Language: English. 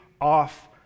off